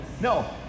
No